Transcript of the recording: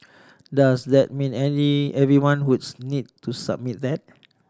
does that mean any everyone whose need to submit that